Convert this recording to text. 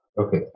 okay